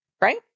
Right